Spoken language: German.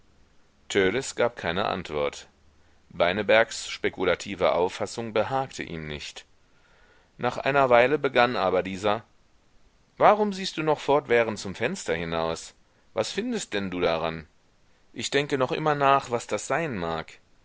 gab keine antwort beinebergs spekulative auffassung behagte ihm nicht nach einer weile begann aber dieser warum siehst du noch fortwährend zum fenster hinaus was findest denn du daran ich denke noch immer nach was das sein mag